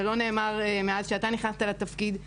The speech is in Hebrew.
זה לא נאמר מאז שאתה נכנסת לתפקיד.